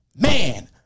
Man